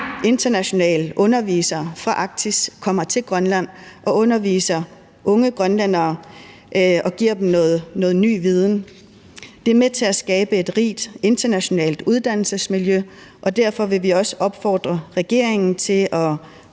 internationale undervisere fra Arktis kommer til Grønland og underviser unge grønlændere og giver dem noget ny viden. Det er med til at skabe et rigt internationalt uddannelsesmiljø, og derfor vil vi også opfordre regeringen til at